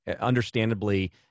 understandably